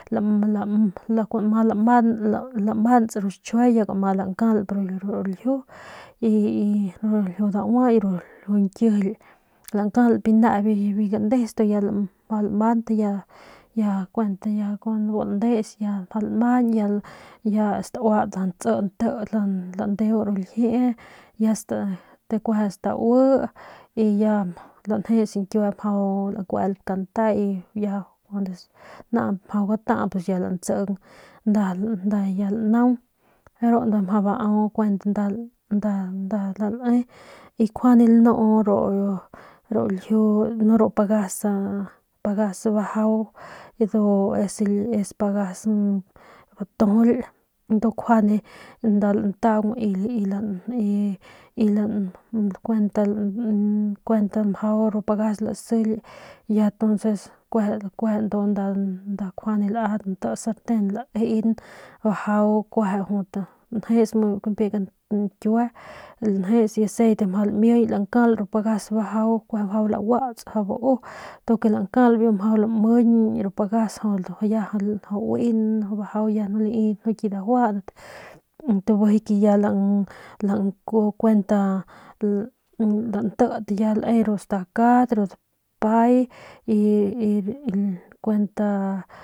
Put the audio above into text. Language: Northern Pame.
Nda kunma lamants ru xchjue ya ma lankalp ru ljiu y y ru ljiu daua y ru ljiu nkijily lankalp biu ne biu gandes tu ya ma lamant ya kuent ya bu ndes ya lamajañ ya stauat nda ntsi nti landeu ru ljiee ya staui ya lanjeuts biu ñkiue mjau lankueip kante naañp ya gata ya lantsing y lanaung ru ndu mjau baau kuent nda nda lae y nkjuande y nkjuande lanu ru pagas bajau es pagas batujuly ndu kjuande nda lantaung y kuenta mjau ru pagas lasil ya ntonces kueje nkjuande lat nti sarten laen bajau lanjeskampiay kantue biu aceite mjau lamiñ lankal ru pagas bajau kueje mjau laguats mjau bau tu lankal mjau lamiñ ru pagas mjau gauin ki dajuajanat y ya lang lang kuent lantit ru stakat ru dapay y kuenta.